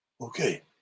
okay